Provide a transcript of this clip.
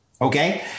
Okay